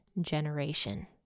generation